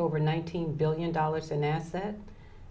over nineteen billion dollars in assets